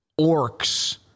orcs